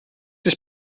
ist